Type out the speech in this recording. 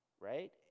right